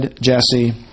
Jesse